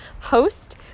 host